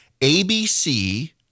ABC